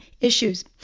issues